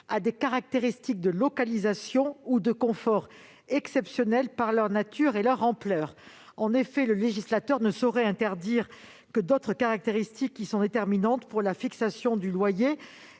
à des caractéristiques de localisation ou de confort exceptionnelles par leur nature et leur ampleur. Le législateur ne saurait interdire que d'autres caractéristiques qui sont déterminantes pour la fixation du loyer